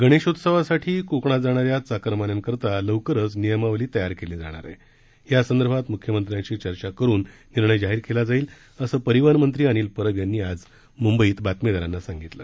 गणेशोत्सवासाठी कोकणात जाणाऱ्या चाकरमान्यांसाठी लवकरच नियमावली तयार केली जाणार आहे यासंदर्भात मुख्यमंत्र्यांशी चर्चा करून निर्णय जाहीर केला जाईल असं परिवहन मंत्री अनिल परब यांनी आज मंंबईत बातमीदारांना सांगितलं